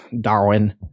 Darwin